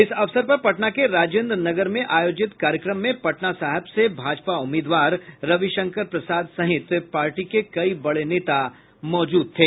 इस अवसर पर पटना के राजेन्द्र नगर में आयोजित कार्यक्रम में पटना साहिब से भाजपा उम्मीदवार रविशंकर प्रसाद सहित पार्टी के कई बड़े नेता भी मौजूद थे